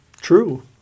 true